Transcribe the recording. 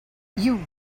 you